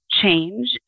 change